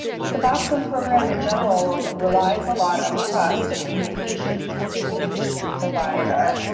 the suboxone program in general relies a lot on trust and communication between the patient and provider